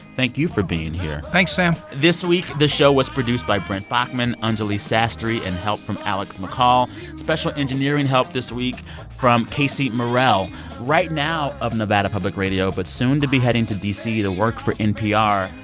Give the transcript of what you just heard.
thank you for being here thanks, sam this week, the show was produced by brent baughman, anjuli sastry and help from alex mccall. special engineering help this week from casey morell right now of nevada public radio but soon to be heading to d c. to work for npr.